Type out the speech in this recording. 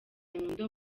nyundo